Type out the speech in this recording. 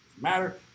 matter